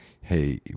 hey